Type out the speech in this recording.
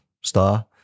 star